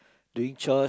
doing chores